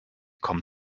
kommen